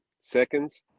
seconds